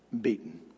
beaten